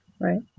Right